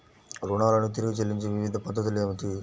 రుణాలను తిరిగి చెల్లించే వివిధ పద్ధతులు ఏమిటి?